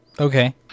Okay